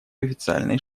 официальные